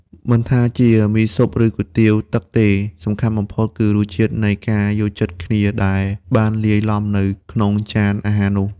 មិនថាជាមីស៊ុប ឬគុយទាវទឹកទេ សំខាន់បំផុតគឺរសជាតិនៃការយល់ចិត្តគ្នាដែលបានលាយឡំនៅក្នុងចានអាហារនោះ។